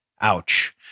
Ouch